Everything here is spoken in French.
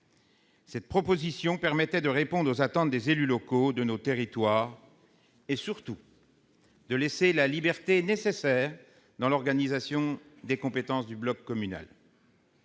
Ce texte permettait de répondre aux attentes des élus locaux de nos territoires et, surtout, de laisser la liberté nécessaire dans l'organisation des compétences du bloc communal.